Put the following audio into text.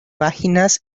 páginas